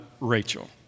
Rachel